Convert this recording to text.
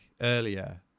earlier